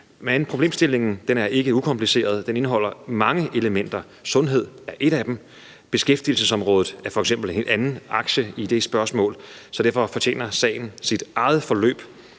Men problemstillingen er ikke ukompliceret. Den indeholder mange elementer. Sundhed er ét af dem, beskæftigelsesområdet er f.eks. en anden akse i det spørgsmål. Så derfor fortjener sagen sit eget forløb,